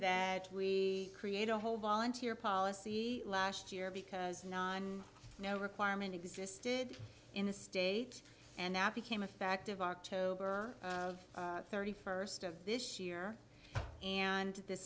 that we create a whole volunteer policy last year because non no requirement existed in the state and that became effective october thirty first of this year and the